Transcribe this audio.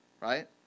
right